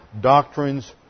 Doctrines